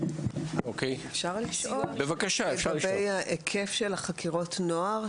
אפשר לשאול לגבי היקף חקירות הנוער,